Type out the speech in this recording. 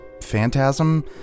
phantasm